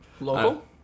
local